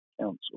council